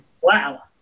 Wow